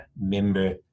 member